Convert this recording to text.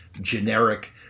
generic